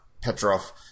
Petrov